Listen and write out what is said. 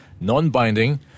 non-binding